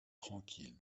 tranquille